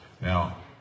Now